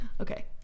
okay